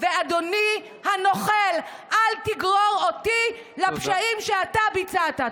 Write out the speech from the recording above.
ואדוני הנוכל, אל תגרור אותי לפשעים שאתה ביצעת.